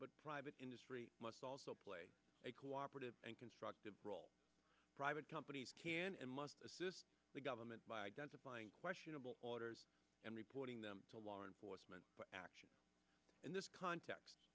but private industry must also play a cooperative and constructive role private companies can and must assist the government by identifying questionable orders and reporting them to law enforcement action in this context